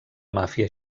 màfia